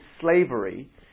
slavery